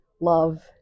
love